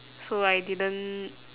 so I didn't